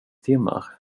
timmar